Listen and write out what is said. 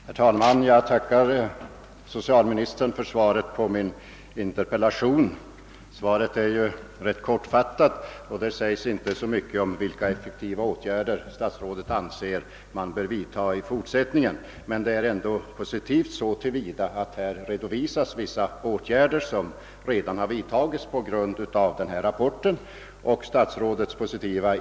Herr talman! Jag tackar socialministern för svaret på min interpellation. Svaret är ganska kortfattat och säger inte mycket om vilka praktiska åtgärder statsrådet anser böra vidtagas i fortsättningen, men det är ändå positivt så till vida, att det redovisar vilka åtgärder som redan vidtagits med anledning av den undersökningsrapport som jag nämnt i min interpellation.